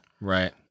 Right